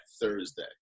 Thursday